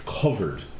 covered